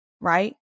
right